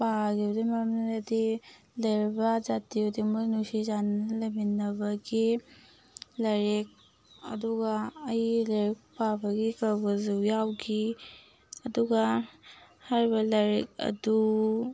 ꯄꯥꯈꯤꯕꯗꯨꯒꯤ ꯃꯔꯝꯗꯨꯗꯤ ꯂꯩꯔꯤꯕ ꯖꯥꯇꯤ ꯈꯨꯗꯤꯡꯃꯛ ꯅꯨꯡꯁꯤ ꯆꯥꯟꯅꯅ ꯂꯩꯃꯤꯟꯅꯕꯒꯤ ꯂꯥꯏꯔꯤꯛ ꯑꯗꯨꯒ ꯑꯩꯒꯤ ꯂꯥꯏꯔꯤꯛ ꯄꯥꯕꯒꯤ ꯇꯧꯕꯁꯨ ꯌꯥꯎꯈꯤ ꯑꯗꯨꯒ ꯍꯥꯏꯔꯤꯕ ꯂꯥꯏꯔꯤꯛ ꯑꯗꯨ